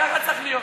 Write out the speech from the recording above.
ככה צריך להיות.